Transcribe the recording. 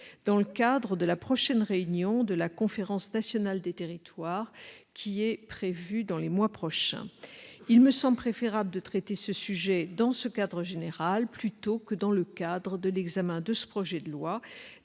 dans le cadre de la prochaine réunion de la conférence nationale des territoires, qui est prévue dans les mois prochains. Il me semble préférable de traiter ce sujet dans ce cadre général plutôt qu'à l'occasion de l'examen de ce projet de loi.